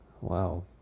Wow